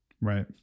Right